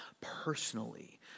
personally